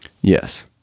Yes